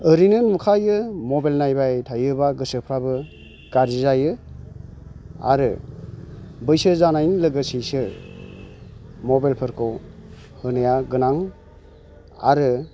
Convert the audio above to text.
ओरैनो नुखायो मबाइल नाबाय थायोब्ला गोसोफ्राबो गाज्रि जायो आरो बैसो जानायनि लोगोसेसो मबाइलफोरखौ होनाया गोनां आरो